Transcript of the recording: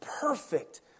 perfect